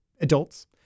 adults